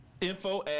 Info